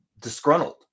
disgruntled